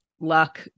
luck